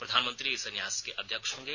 प्रधानमंत्री इस न्यास के अध्यक्ष होंगे